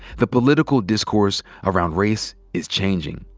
the political discourse around race is changing.